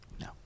No